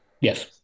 Yes